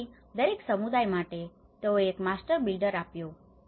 જેથી દરેક સમુદાય માટે તેઓએ એક માસ્ટર બિલ્ડર આપ્યો છે